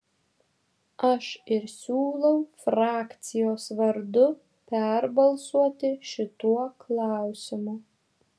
aš ir siūlau frakcijos vardu perbalsuoti šituo klausimu